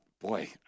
Boy